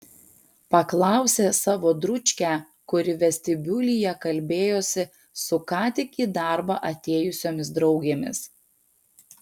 paklausė savo dručkę kuri vestibiulyje kalbėjosi su ką tik į darbą atėjusiomis draugėmis